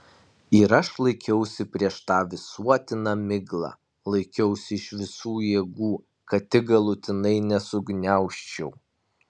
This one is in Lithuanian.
ir aš laikiausi prieš tą visuotiną miglą laikiausi iš visų jėgų kad tik galutinai nesugniaužčiau